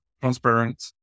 transparent